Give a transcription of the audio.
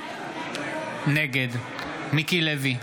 נגד מיקי לוי,